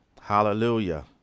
Hallelujah